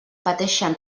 pateixen